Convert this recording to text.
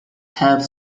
have